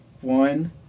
One